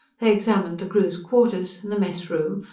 they examined the crew's quarters, and the mess room,